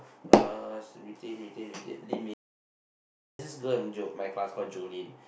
uh retain retain retain Lee-Ming Jol~ there's this girl in Jo~ in my class called Jolene